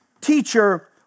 Teacher